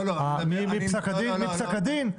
מפסק הדין עברו חודשיים.